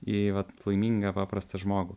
į vat laimingą paprastą žmogų